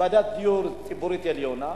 דיור ציבורי עליונה,